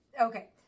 Okay